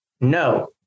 no